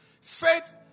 Faith